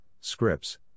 scripts